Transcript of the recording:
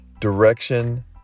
direction